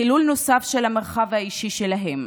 חילול נוסף של המרחב האישי שלהם.